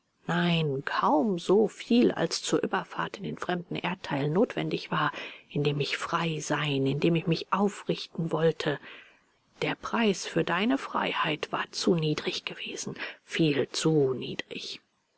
nein kaum soviel als zur überfahrt in den fremden erdteil notwendig war in dem ich frei sein in dem ich mich aufrichten wollte der preis für deine freiheit war zu niedrig gewesen viel zu niedrig